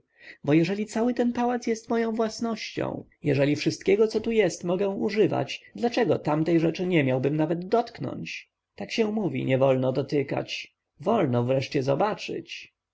bo jeżeli cały ten pałac jest moją własnością jeżeli wszystkiego co tu jest mogę używać dlaczego tamtej rzeczy nie miałbym nawet dotknąć tak się mówi nie wolno dotykać wolno wreszcie zobaczyć